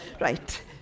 Right